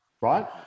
right